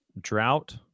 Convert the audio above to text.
drought